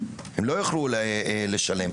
הם לא יוכלו לשלם.